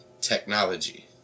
technology